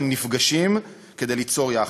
הם נפגשים כדי ליצור יחד.